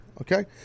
okay